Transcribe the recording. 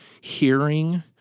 hearing